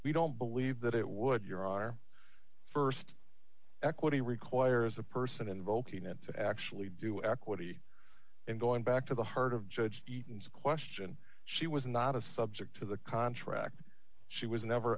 we don't believe that it would you're our st equity requires a person invoking it to actually do equity in going back to the heart of judge beaton's question she was not a subject to the contract she was never